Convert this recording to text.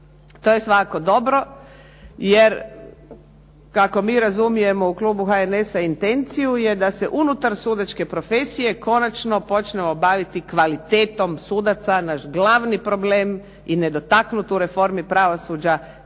to je svakako dobro jer kako mi razumijemo u klubu HNS-a intenciju je da se unutar sudačke profesije konačno počnemo baviti kvalitetom sudaca, naš glavi problem i nedotaknut u reformi pravosuđa